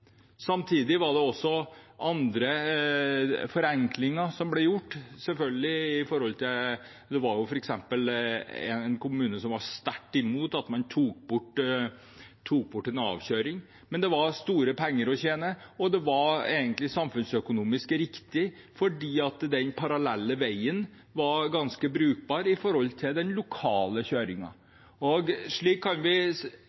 Samtidig var det selvfølgelig også andre forenklinger som ble gjort. Det var f.eks. en kommune som var sterkt imot at man tok bort en avkjøring, men det var store penger å spare på det, og det var egentlig samfunnsøkonomisk riktig fordi den parallelle veien var ganske brukbar for den lokale kjøringen. Slik kan vi